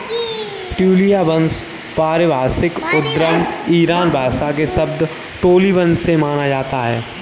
ट्यूलिया वंश का पारिभाषिक उद्गम ईरानी भाषा के शब्द टोलिबन से माना जाता है